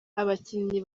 abakinnyi